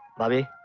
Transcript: bhabhi!